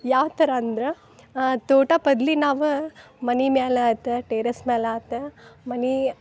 ಯಾವ ಥರ ಅಂದ್ರೆ ತೋಟ ಬದ್ಲಿ ನಾವು ಮನೆ ಮ್ಯಾಲ ಆತು ಟೇರಸ್ ಮ್ಯಾಲ ಆತು ಮನಿ